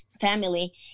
family